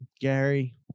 Gary